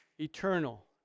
eternal